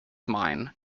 mine